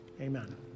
Amen